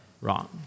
wrong